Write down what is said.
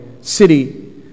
city